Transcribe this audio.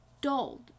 dulled